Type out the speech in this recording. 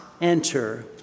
enter